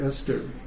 Esther